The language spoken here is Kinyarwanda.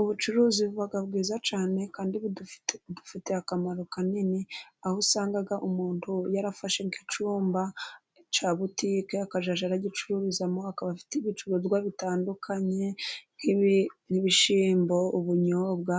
Ubucuruzi buba bwiza cyane kandi budufitiye akamaro kanini, aho usanga umuntu yarafashe nk'icyumba cya butike, akazajya aragicururizamo. Akaba afite ibicuruzwa bitandukanye. Nk'ibishyimbo, ubunyobwa,